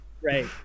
Great